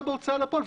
בהוצאה לפועל,